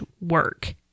work